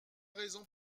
raison